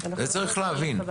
צריך להבין את זה.